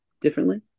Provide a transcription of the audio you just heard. differently